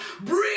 Breathe